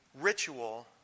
ritual